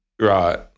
right